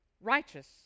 righteous